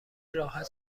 راحت